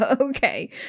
okay